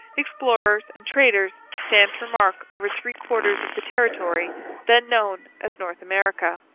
explorers, and traders, stamped her mark over three-quarters of the territory then known as north america.